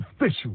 official